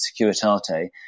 securitate